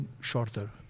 shorter